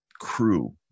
crew